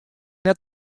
net